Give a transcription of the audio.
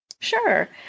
Sure